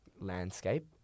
landscape